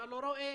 אתה לא רואה